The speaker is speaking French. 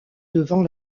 devant